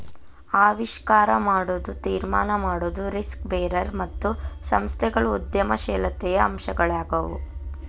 ಆವಿಷ್ಕಾರ ಮಾಡೊದು, ತೀರ್ಮಾನ ಮಾಡೊದು, ರಿಸ್ಕ್ ಬೇರರ್ ಮತ್ತು ಸಂಸ್ಥೆಗಳು ಉದ್ಯಮಶೇಲತೆಯ ಅಂಶಗಳಾಗ್ಯಾವು